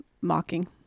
mocking